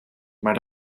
maar